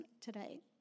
today